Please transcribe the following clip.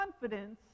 confidence